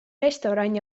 restoran